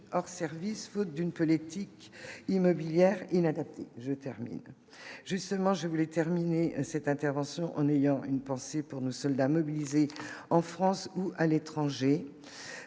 hors service, faute d'une politique immobilière inadapté, je termine justement je voulais terminer cette intervention en ayant une pensée pour nous, soldats mobilisés en France ou à l'étranger